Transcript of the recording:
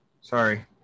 Sorry